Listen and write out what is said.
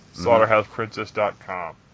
SlaughterhousePrincess.com